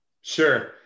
Sure